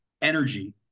energy